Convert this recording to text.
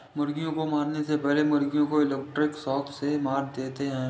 मुर्गियों को मारने से पहले मुर्गियों को इलेक्ट्रिक शॉक से मार देते हैं